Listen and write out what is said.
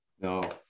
No